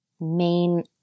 main